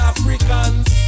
Africans